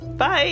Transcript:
Bye